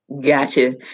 Gotcha